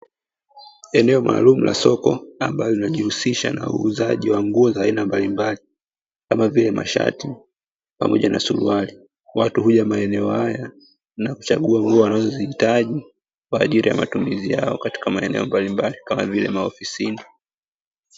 Eneo maalumu la soko, ambalo linajihusisha na uuzaji wa nguo za aina mbalimbali, kama vile; mashati pamoja na suruali watu, huja maeneo haya na kuchagua nguo wanazozihitaji kwa ajili ya matumizi yao katika maeneo mbalimbali kama vile maofisini.